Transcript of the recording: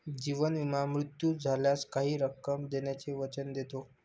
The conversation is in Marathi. जीवन विमा मृत्यू झाल्यास काही रक्कम देण्याचे वचन देतो